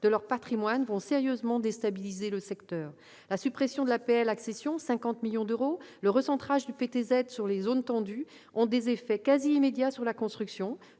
de leur patrimoine vont sérieusement déstabiliser le secteur. La suppression de l'APL accession, qui représente 50 millions d'euros, et le recentrage du prêt à taux zéro sur les zones tendues ont eu des effets quasi immédiats sur la construction